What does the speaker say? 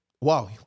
Wow